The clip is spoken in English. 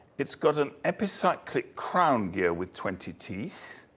it's got an epicyclic crown gear with twenty teeth,